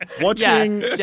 Watching